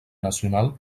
nacional